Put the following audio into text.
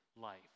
life